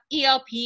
ELP